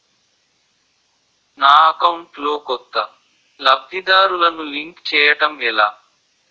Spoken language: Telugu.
నా అకౌంట్ లో కొత్త లబ్ధిదారులను లింక్ చేయటం ఎలా?